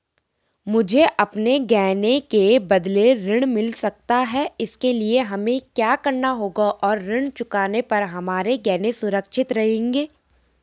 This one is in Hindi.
मुझे अपने गहने के बदलें ऋण मिल सकता है इसके लिए हमें क्या करना होगा और ऋण चुकाने पर हमारे गहने सुरक्षित रहेंगे?